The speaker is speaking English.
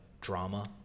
drama